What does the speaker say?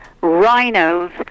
rhinos